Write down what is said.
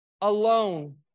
alone